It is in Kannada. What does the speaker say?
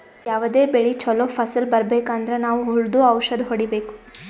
ಯಾವದೇ ಬೆಳಿ ಚೊಲೋ ಫಸಲ್ ಬರ್ಬೆಕ್ ಅಂದ್ರ ನಾವ್ ಹುಳ್ದು ಔಷಧ್ ಹೊಡಿಬೇಕು